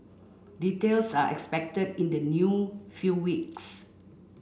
details are expected in the new few weeks